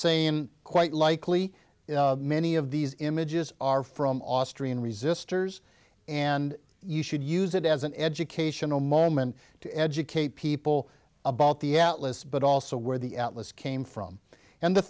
same quite likely many of these images are from austrian resisters and you should use it as an educational moment to educate people about the atlas but also where the atlas came from and the